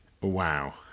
Wow